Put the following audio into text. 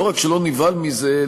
לא רק שלא נבהל מזה,